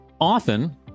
Often